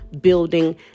building